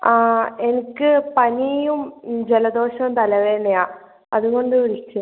ആ എനിക്ക് പനിയും ജലദോഷവും തലവേദനയുമാണ് അതുകൊണ്ട് വിളിച്ചതാണ്